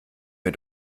mir